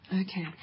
Okay